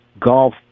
Golf